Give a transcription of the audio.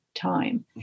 time